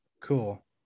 Cool